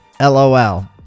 LOL